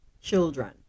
children